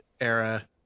era